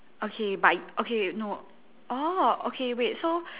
okay but okay no orh okay wait so